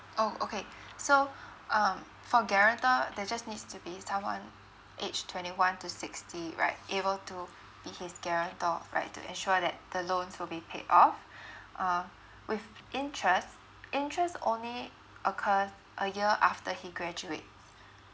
oh okay so um for guarantor they just need to be someone age twenty one to sixty right able to be his guarantor right to ensure that the loan will be paid off uh with interest interest only occurred a year after he graduate